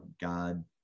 god